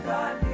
God